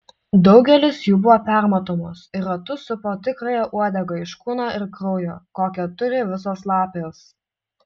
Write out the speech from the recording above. daugelis jų buvo permatomos ir ratu supo tikrąją uodegą iš kūno ir kraujo kokią turi visos lapės